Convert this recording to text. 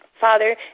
Father